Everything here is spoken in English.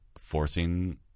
forcing